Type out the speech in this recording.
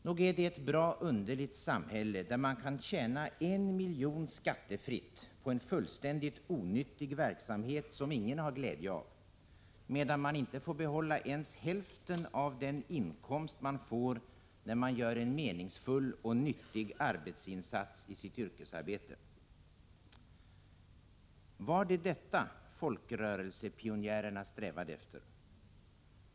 Nog är det ett bra underligt samhälle, där man kan tjäna en miljon skattefritt på en fullständigt onyttig verksamhet som ingen har glädje av, medan man inte får behålla ens hälften av den inkomst man får när man gör en meningsfull och nyttig insats i sitt yrkesarbete. Var det detta folkrörelsepionjärerna strävade efter?